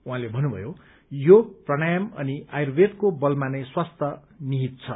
उहाँले भन्नुभयो योग प्रणायाम अनि आयुर्वेदको बलमा नै स्वस्थ्य निहित छ